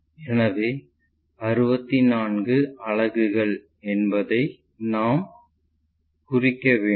எனவே 64 அலகுகளை என்பதை நாம் குறிக்க வேண்டும்